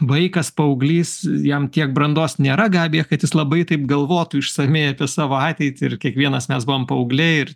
vaikas paauglys jam tiek brandos nėra gabija kad jis labai taip galvotų išsamiai apie savo ateitį ir kiekvienas mes buvom paaugliai ir